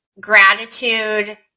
gratitude